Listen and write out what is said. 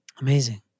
Amazing